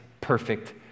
perfect